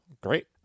Great